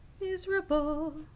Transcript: miserable